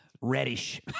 reddish